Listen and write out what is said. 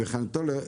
בחנייתו ל..."